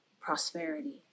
prosperity